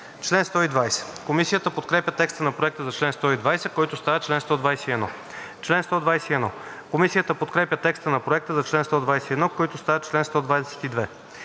чл. 124. Комисията подкрепя текста на Проекта за чл. 124, който става чл. 125. Комисията подкрепя текста на Проекта за чл. 125, който става чл. 126.